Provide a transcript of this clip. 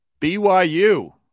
BYU